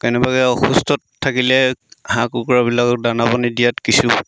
কেনেবাকৈ অসুস্থত থাকিলে হাঁহ কুকুৰাবিলাকক দানা পানী দিয়াত কিছু